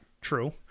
true